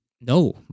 no